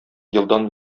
елдан